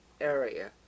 area